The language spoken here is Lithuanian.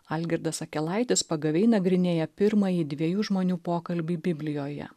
algirdas akelaitis pagaviai nagrinėja pirmąjį dviejų žmonių pokalbį biblijoje